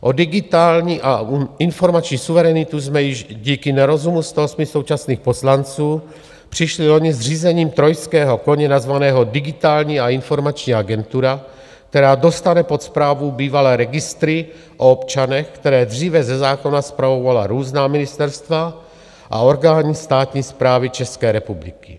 O digitální a informační suverenitu jsme již díky nerozumu 108 současných poslanců přišli loni zřízením trojského koně nazvaného Digitální a informační agentura, která dostane pod správu bývalé registry o občanech, které dříve ze zákona spravovala různá ministerstva a orgány státní správy České republiky.